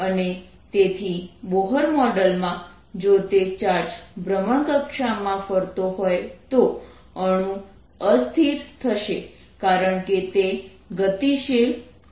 અને તેથી બોહર મોડેલમાં જો તે ચાર્જ ભ્રમણકક્ષા માં ફરતો હોય તો અણુ અસ્થિર થશે કારણકે તે ગતિશીલ છે